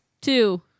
two